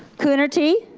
coonerty.